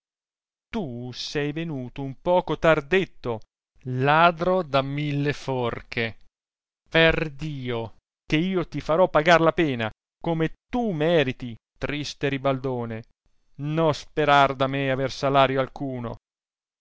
tu sei venuto un poco tardetto ladro da mille forche per dio che io ti farò pagar la pena come tu meriti tristo l'ibaldone nò sperar da me aver salario alcuno